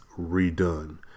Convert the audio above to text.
redone